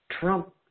trump